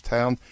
Town